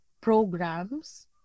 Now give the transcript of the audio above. programs